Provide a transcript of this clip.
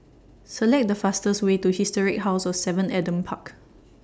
Select The fastest Way to Historic House of seven Adam Park